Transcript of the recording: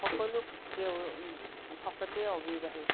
সকলো কেৱ ভকতেই অবিবাহিত